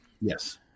Yes